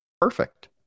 Perfect